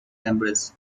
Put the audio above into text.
cambridge